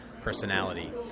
personality